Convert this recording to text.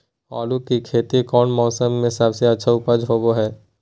आलू की खेती कौन मौसम में सबसे अच्छा उपज होबो हय?